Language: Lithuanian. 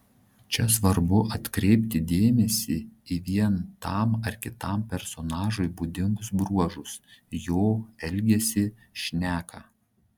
čia svarbu atkreipti dėmesį į vien tam ar kitam personažui būdingus bruožus jo elgesį šneką